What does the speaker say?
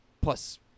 plus